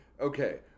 okay